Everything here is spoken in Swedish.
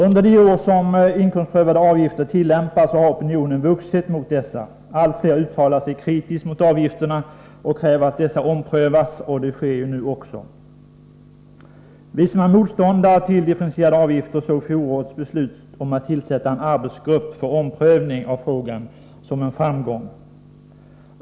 Under de år som inkomstprövade avgifter tillämpats har opinionen vuxit mot dem. Allt fler uttalar sig kritiskt mot avgifterna och kräver att systemet omprövas, och det sker nu också. Vi som är motståndare till differentierade avgifter såg fjolårets beslut om att tillsätta en arbetsgrupp för omprövning av frågan som en framgång.